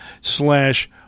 slash